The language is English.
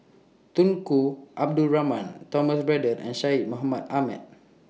Tunku Abdul Rahman Thomas Braddell and Syed Mohamed Ahmed